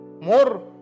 More